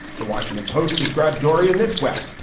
the washington post described dorian this way